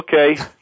okay